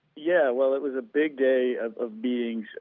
yeah, well, it was a big day of of being,